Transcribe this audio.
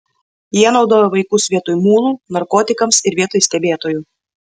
jie naudoja vaikus vietoj mulų narkotikams ir vietoj stebėtojų